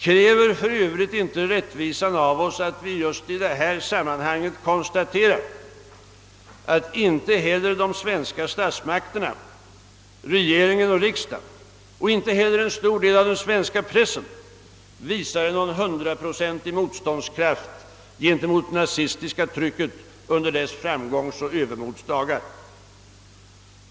Kräver för övrigt inte rättvisan av oss, att vi just i detta sammanhang konstaterar att inte heller de svenska statsmakterna, regeringen och riksdagen, och inte heller en stor del av den svenska pressen visade någon hundraprocentig motståndskraft gentemot det nazistiska trycket under dess framgångs och övermods dagar?